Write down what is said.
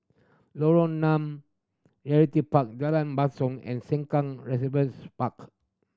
Lorong nine Realty Park Jalan Basong and Sengkang Riversides Park